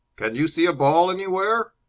can you see a ball anywhere?